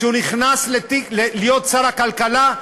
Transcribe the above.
כשהוא נכנס לתפקיד שר הכלכלה,